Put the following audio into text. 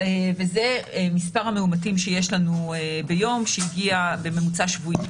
זה מספר המאומתים שיש לנו ביום בממוצע שבועי.